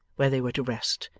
where they were to rest,